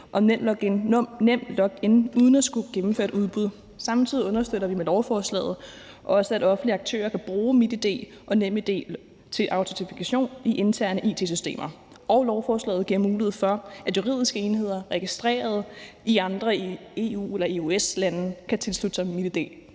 og NemLog-in uden at skulle gennemføre et udbud. Samtidig understøtter vi med lovforslaget, at offentlige aktører kan bruge MitID og NemLog-in til autentifikation i interne it-systemer. Lovforslaget giver også mulighed for, at juridiske enheder registreret i andre EU/EØS-lande kan tilslutte sig